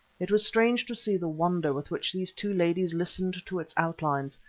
it was strange to see the wonder with which these two ladies listened to its outlines,